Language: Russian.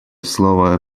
слово